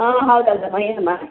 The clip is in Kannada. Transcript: ಹಾಂ ಹೌದಾ ಹೌದಮ್ಮ ಏನಮ್ಮ